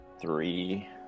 three